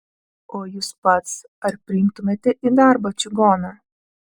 o jūs pats ar priimtumėte į darbą čigoną